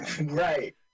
Right